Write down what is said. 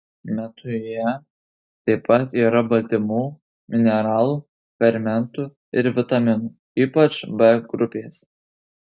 meduje taip pat yra baltymų mineralų fermentų ir vitaminų ypač b grupės